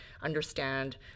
understand